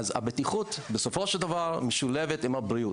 הבטיחות בסופו של דבר משולבת עם הבריאות.